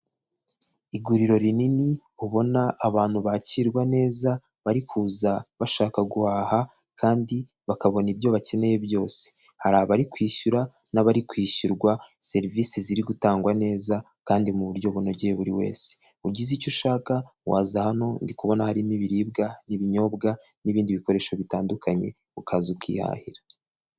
Iguriro rinini ubona abantu bakirwa neza bari kuza bashaka guhaha kandi bakabona ibyo bakeneye byose, hari abari kwishyura n'abari kwishyurwa serivisi ziri gutangwa neza kandi mu buryo bunogeye buri wese. Ugize icyo ushaka waza hano, ndi kubona harimo ibiribwa, ibinyobwa n'ibindi bikoresho bitandukanye, ukaza ukihahira.